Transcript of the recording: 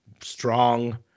strong